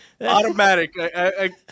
Automatic